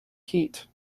heat